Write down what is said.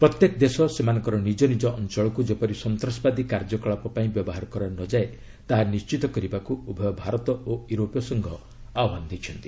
ପ୍ରତ୍ୟେକ ଦେଶ ସେମାନଙ୍କ ନିକ ନିଜ ଅଞ୍ଚଳକୁ ଯେପରି ସନ୍ତାସବାଦୀ କାର୍ଯ୍ୟକଳାପ ପାଇଁ ବ୍ୟବହାର କରା ନ ଯାଏ ତାହା ନିଣ୍ଚିତ କରିବାକୁ ଉଭୟ ଭାରତ ଓ ୟୁରୋପୀୟ ସଂଘ ଆହ୍ବାନ ଦେଇଛନ୍ତି